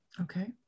Okay